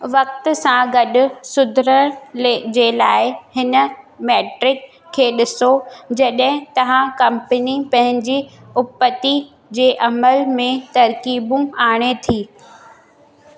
वक़्त सां गॾु सुधार ले जे लाइ हिन मैट्रिक खे डि॒सो जड॒हिं तव्हां कंपनी पंहिंजी उपती जे अमल में तरकीबूं आणे थी